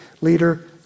leader